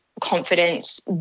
confidence